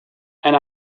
and